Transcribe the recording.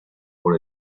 por